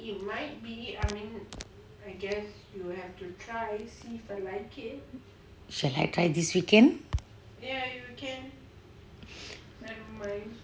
shall I try this weekend